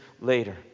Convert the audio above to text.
later